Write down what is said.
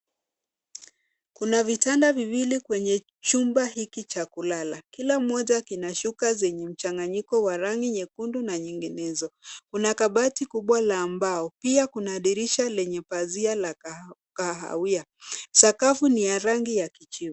Kuna vitanda viwili kwenye jumba hiki cha kulala kila moja kina shuka zenye mchanganyiko wa rangi nyekundu na nyinginezo. Kuna kabati kubwa la mbao pia kuna dirisha lenye pazia la kahawia. Sakafu ni ya rangi ya kijivu.